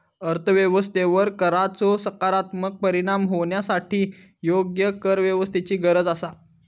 अर्थ व्यवस्थेवर कराचो सकारात्मक परिणाम होवच्यासाठी योग्य करव्यवस्थेची गरज आसा